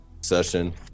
session